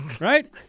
right